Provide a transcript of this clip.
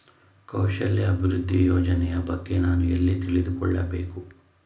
ಕೌಶಲ್ಯ ಅಭಿವೃದ್ಧಿ ಯೋಜನೆಯ ಬಗ್ಗೆ ನಾನು ಎಲ್ಲಿ ತಿಳಿದುಕೊಳ್ಳಬೇಕು?